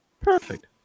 Perfect